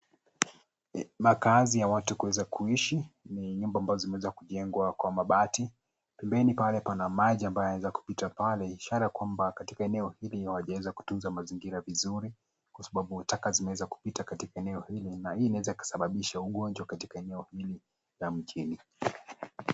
Makaazi ya watu kuweza kuishi. Ni nyumba ambazo zimeweza kujengwa kwa mabati. Pembeni pale pana maji ambayo yameweza kupita pale ishara kwamba katika eneo hili hawajaweza kutunza mazingira vizuri kwa sababu taka zimeweza kupita katika eneo hili na hii inaweza kusababisha ugonjwa katika eneo hili la mjini.